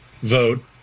vote